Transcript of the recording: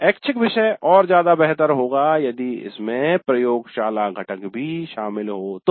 ऐच्छिक विषय और ज्यादा बेहतर होगा यदि इसमें प्रयोगशाला घटक भी होता तो